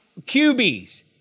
QBs